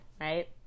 right